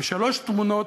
בשלוש תמונות